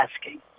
asking